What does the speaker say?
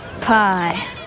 pie